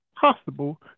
possible